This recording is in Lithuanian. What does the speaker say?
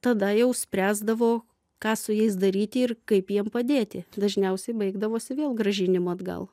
tada jau spręsdavo ką su jais daryti ir kaip jiem padėti dažniausiai baigdavosi vėl grąžinimu atgal